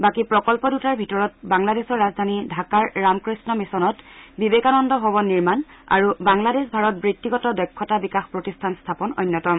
বাকী প্ৰকল্প দুটাৰ ভিতৰত বাংলাদেশৰ ৰাজধানী ঢাকাৰ ৰামকৃষ্ণ মিছনত বিবেকানন্দ ভৱন নিৰ্মাণ আৰু বাংলাদেশ ভাৰত বৃত্তিগত দক্ষতা বিকাশ প্ৰতিষ্ঠান স্থাপন অন্যতম